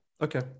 Okay